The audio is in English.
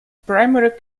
primary